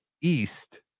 East